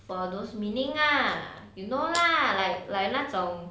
for those meaning lah you know lah like like 那种